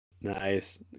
Nice